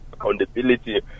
accountability